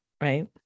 right